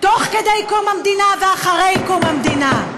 תוך כדי קום המדינה ואחרי קום המדינה.